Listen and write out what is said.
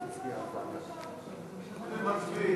מצביעים.